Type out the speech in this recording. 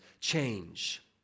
change